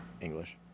English